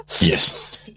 yes